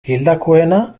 hildakoena